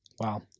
Wow